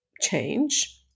change